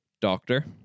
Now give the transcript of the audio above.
doctor